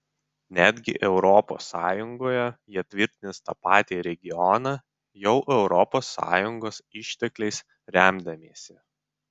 netgi europos sąjungoje jie tvirtins tą patį regioną jau europos sąjungos ištekliais remdamiesi